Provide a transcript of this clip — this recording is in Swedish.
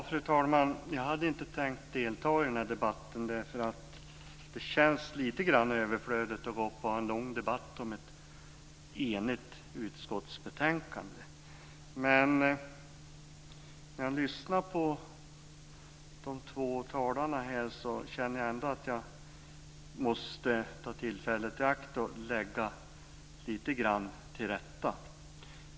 Fru talman! Jag hade inte tänkt delta i debatten. Det känns lite överflödigt att ha en lång debatt om ett enigt utskotts betänkande. Men när jag lyssnar på de två talarna känner jag ändå att jag måste ta tillfället i akt och lägga en del till rätta.